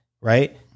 right